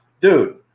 dude